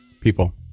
people